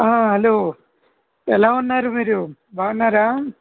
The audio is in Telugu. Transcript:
ఆ హలో ఎలా ఉన్నారు మీరు బాగున్నారా